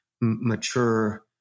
mature